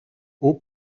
hauts